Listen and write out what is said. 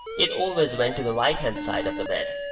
it always went to the right-hand side of the bed,